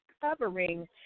covering